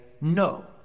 no